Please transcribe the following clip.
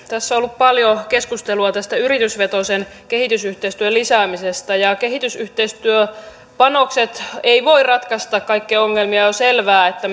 tässä on ollut paljon keskustelua tästä yritysvetoisen kehitysyhteistyön lisäämisestä kehitysyhteistyöpanokset eivät voi ratkaista kaikkia ongelmia on selvää että